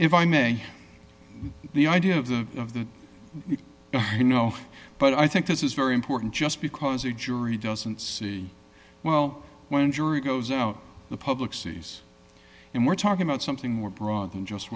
if i may the idea of the of the you know but i think this is very important just because a jury doesn't see well when jury goes out the public sees and we're talking about something more broad than just